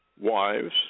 wives